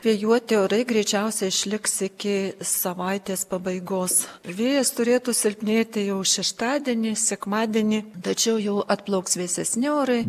vėjuoti orai greičiausiai išliks iki savaitės pabaigos vėjas turėtų silpnėti jau šeštadienį sekmadienį tačiau jau atplauks vėsesni orai